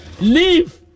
leave